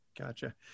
Gotcha